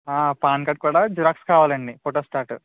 pan card కూడా xerox కావాలండి photostat